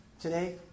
today